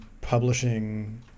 publishing